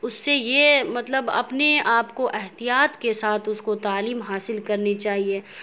اس سے یہ مطلب اپنے آپ کو احتیاط کے ساتھ اس کو تعلیم حاصل کرنی چاہیے